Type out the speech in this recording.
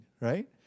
Right